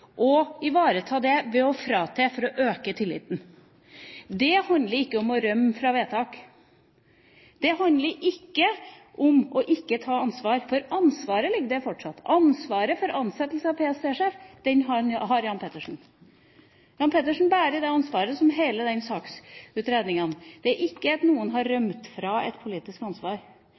å ivareta det ved å fratre for å øke tilliten. Det handler ikke om å rømme fra vedtak, det handler ikke om ikke å ta ansvar, for ansvaret ligger der fortsatt. Ansvaret for ansettelsen av PST-sjef har Jan Petersen. Jan Petersen bærer ansvaret som gjelder hele den saksutredningen. Det er ikke slik at noen har rømt fra et politisk ansvar,